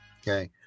Okay